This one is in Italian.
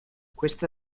questa